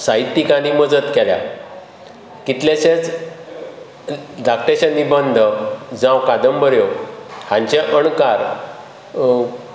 साहितिकानी मजत केल्या कितलेशेंच धाकटे शे निबंद जावं कांदबऱ्यो हांचे अणकार